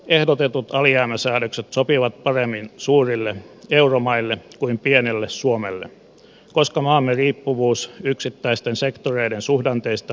ehdotetut alijäämäsäädökset sopivat paremmin suurille euromaille kuin pienelle suomelle koska maamme riippuvuus yksittäisten sektoreiden suhdanteista on erilainen